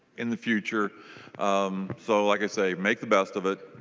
in the future um so like i say make the best of it.